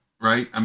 right